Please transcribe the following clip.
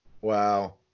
Wow